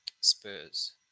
Spurs